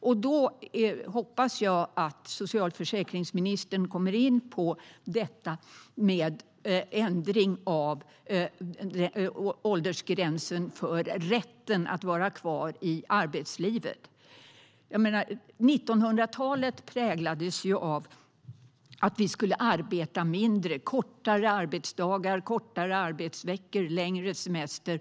Jag hoppas att socialförsäkringsministern kommer in på detta med höjning av åldersgränsen för rätten att vara kvar i arbetslivet. 1900-talet präglades ju av att man skulle arbeta mindre, kortare arbetsdagar, kortare arbetsveckor och längre semester.